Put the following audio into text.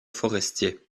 forestier